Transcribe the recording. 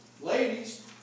Ladies